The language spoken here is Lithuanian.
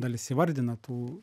dalis įvardina tų